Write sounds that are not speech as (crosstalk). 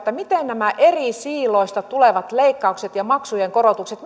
miten nämä eri siiloista tulevat leikkaukset ja maksujen korotukset (unintelligible)